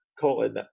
Colin